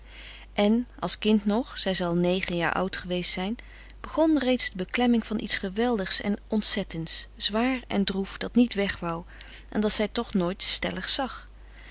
en als kind nog zij zal negen jaar oud geweest zijn begon reeds de beklemming van iets geweldigs en ontzettends zwaar en droef dat niet weg wou en dat zij toch nooit stellig zag